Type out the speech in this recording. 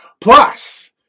Plus